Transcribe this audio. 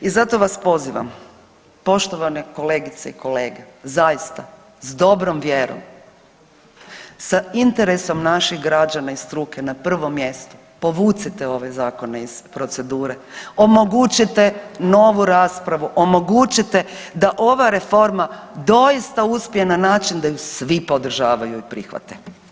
I zato vas pozivam poštovane kolegice i kolege zaista s dobrom vjerom sa interesom naših građana i struke na prvom mjestu povucite ove zakone iz procedure, omogućite novu raspravu, omogućite da ova reforma doista uspje na način da ju svi podržavaju i prihvate.